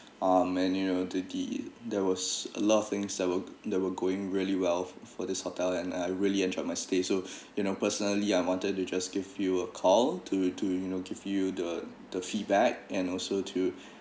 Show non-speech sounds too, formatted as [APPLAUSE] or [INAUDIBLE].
um and you the the there was a lot of thing that were that were going really well for this hotel and I really enjoyed my stay so [BREATH] you know personally I wanted to just give you a call to to you know give you the the feedback and also to [BREATH]